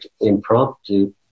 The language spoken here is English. impromptu